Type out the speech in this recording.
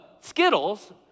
Skittles